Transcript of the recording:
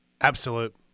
Absolute